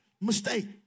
mistake